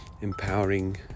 empowering